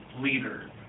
leader